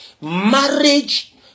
Marriage